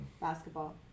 Basketball